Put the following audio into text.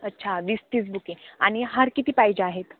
अच्छा वीसतीस बुके आणि हार किती पाहिजे आहेत